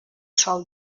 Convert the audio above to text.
sòl